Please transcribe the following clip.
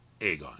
Aegon